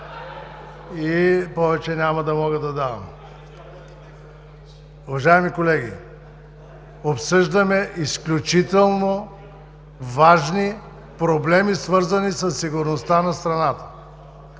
и повече няма да мога да давам. Уважаеми колеги, обсъждаме изключително важни проблеми, свързани със сигурността на страната.